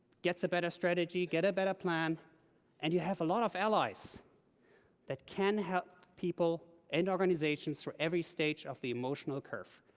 gets a better strategy, gets a better plan and you have a lot of allies that can help people and organizations for every stage of the emotional curve.